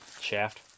Shaft